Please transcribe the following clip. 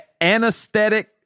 Anesthetic